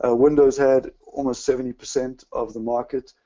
ah windows had almost seventy percent of the market.